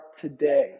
today